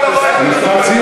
אתה צריך לסכם.